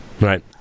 right